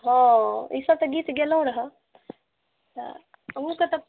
हँ ई सभ तऽ गीत गेलहुँ रह तऽ अहुँके तऽ